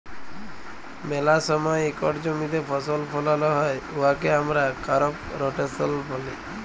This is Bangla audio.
ম্যালা সময় ইকট জমিতে ফসল ফলাল হ্যয় উয়াকে আমরা করপ রটেশল ব্যলি